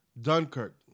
Dunkirk